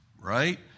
right